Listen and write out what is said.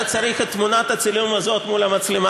תוציאו את איימן עודה בחוץ.